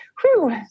whew